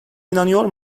inanıyor